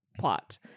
plot